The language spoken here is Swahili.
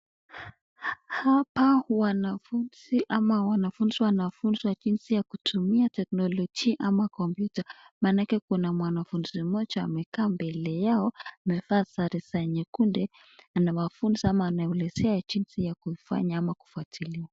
Hapa wanafunzi ama wanafunzi wanafunwa jinzi ya tekinolojia ama computer manake Kuna mwanafunzi moja amekaa mbelee yao amefaa sare ya rangi nyekundu anawafunza ama anawaulisia kufanya ama kufwatiliwa.